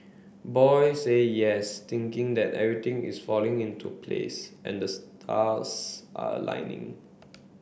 boy say yes thinking that everything is falling into place and the stars are aligning